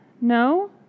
No